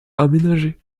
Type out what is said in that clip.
aménagées